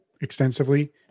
extensively